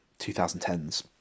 2010s